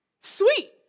Sweet